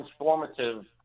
transformative